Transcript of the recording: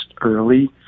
early